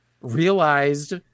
realized